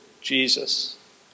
Jesus